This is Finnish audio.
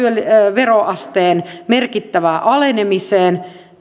veroasteen merkittävään alenemiseen